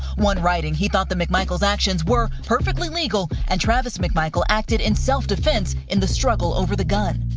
one writing, he thought the mcmichaels' actions were perfectly legal and travis mcmichael acted in self-defense in the struggle over the gun.